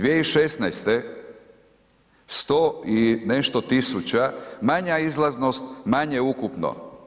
2016. 100 i nešto tisuća manja izlaznost, manje ukupno.